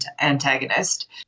antagonist